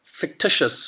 fictitious